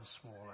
smaller